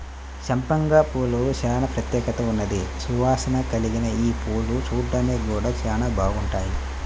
సంపెంగ పూలకు చానా ప్రత్యేకత ఉన్నది, సువాసన కల్గిన యీ పువ్వులు చూడ్డానికి గూడా చానా బాగుంటాయి